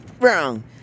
Wrong